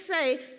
say